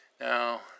Now